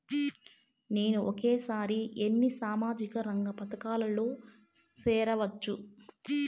నేను ఒకేసారి ఎన్ని సామాజిక రంగ పథకాలలో సేరవచ్చు?